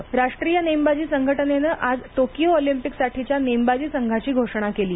नेमबाजी राष्ट्रीय नेमबाजी संघटनेने आज टोकियो अॅलिम्पिक साठीच्या नेमबाजी संघाची घोषणा केली